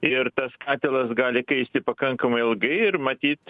ir tas katilas gali kaisti pakankamai ilgai ir matyt